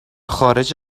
خارج